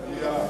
מליאה.